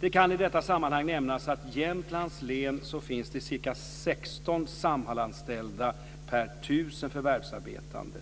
Det kan i detta sammanhang nämnas att i Jämtlands län finns ca 16 Samhallanställda per 1 000 förvärvsarbetande.